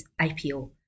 IPO